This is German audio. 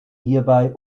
hierbei